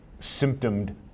symptomed